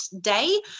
day